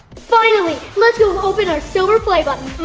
finally! let's go open our silver play but